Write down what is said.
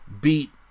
beat